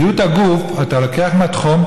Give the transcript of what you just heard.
בריאות הגוף: אתה לוקח מדחום,